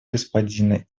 господина